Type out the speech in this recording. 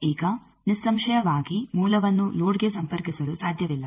ಈಗ ನಿಸ್ಸಂಶಯವಾಗಿ ಮೂಲವನ್ನು ಲೋಡ್ಗೆ ಸಂಪರ್ಕಿಸಲು ಸಾಧ್ಯವಿಲ್ಲ